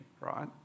right